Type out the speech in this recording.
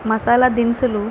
మసాలా దినుసులు